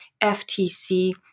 FTC